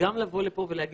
בין היתר,